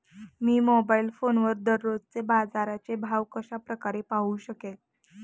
मी mobile फोनवर दररोजचे बाजाराचे भाव कशा प्रकारे पाहू शकेल?